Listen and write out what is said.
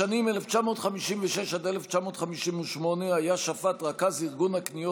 בשנים 1956 1958 היה שפט רכז ארגון הקניות